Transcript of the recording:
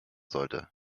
sollte